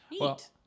Neat